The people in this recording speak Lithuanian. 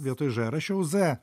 vietoj ž rašiau z